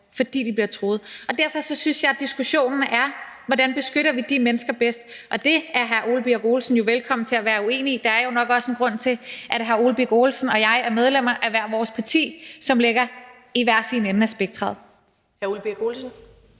fordi de bliver truet. Derfor synes jeg, at diskussionen handler om, hvordan vi beskytter de mennesker bedst, og det er hr. Ole Birk Olesen jo velkommen til at være uenig i – der er nok også en grund til, at hr. Ole Birk Olesen og jeg er medlemmer af hvert vores parti, som ligger i hver sin ende af spektret.